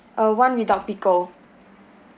uh one without pickle